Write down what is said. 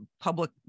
public